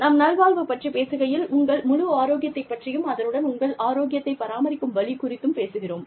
நாம் நல்வாழ்வு பற்றி பேசுகையில் உங்கள் முழு ஆரோக்கியத்தைப் பற்றியும் அதனுடன் உங்கள் ஆரோக்கியத்தைப் பராமரிக்கும் வழி குறித்தும் பேசுகிறோம்